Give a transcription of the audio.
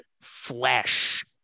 flesh